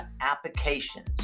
applications